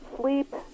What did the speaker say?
sleep